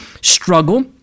struggle